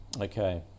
Okay